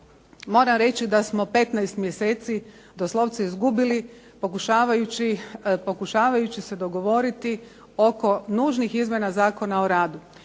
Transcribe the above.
Moram reći da smo 15 mjeseci doslovce izgubili pokušavajući se dogovoriti oko nužnih izmjena Zakona o radu.